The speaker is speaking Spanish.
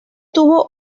tuvo